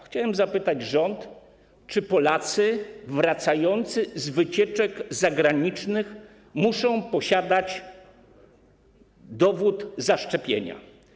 Chciałbym zapytać rząd, czy Polacy wracający z wycieczek zagranicznych muszą posiadać dowód zaszczepienia.